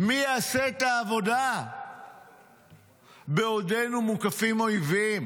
מי יעשה את העבודה בעודנו מוקפים אויבים?